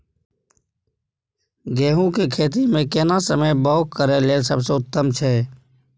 गहूम के खेती मे केना समय बौग करय लेल सबसे उत्तम छै?